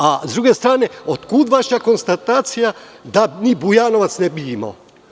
Sa druge strane, otkud vaša konstatacija da ni Bujanovac ne bi imao.